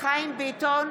חיים ביטון,